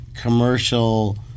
commercial